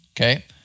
Okay